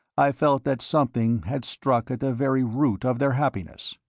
i felt that something had struck at the very root of their happiness,